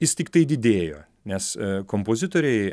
jis tiktai didėjo nes kompozitoriai